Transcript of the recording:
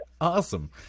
Awesome